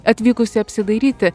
atvykusi apsidairyti